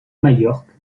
majorque